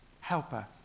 helper